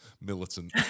militant